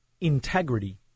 integrity